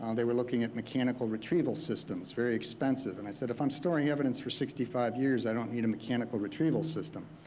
um they were looking at mechanical retrieval systems, very expensive. and i said, if i'm storing evidence for sixty four years, i don't need a mechanical retrieval system.